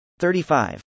35